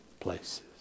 places